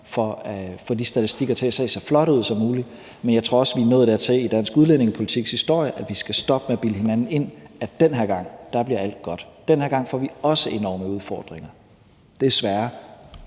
for at få de statistikker til at se så flotte ud som muligt, men jeg tror også, at vi er nået dertil i dansk udlændingepolitiks historie, at vi skal stoppe med at bilde hinanden ind, at den her gang bliver alt godt. Den her gang får vi også enorme udfordringer – desværre.